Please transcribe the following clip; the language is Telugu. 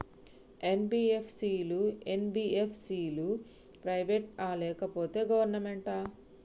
ఎన్.బి.ఎఫ్.సి లు, ఎం.బి.ఎఫ్.సి లు ప్రైవేట్ ఆ లేకపోతే గవర్నమెంటా?